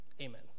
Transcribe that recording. Amen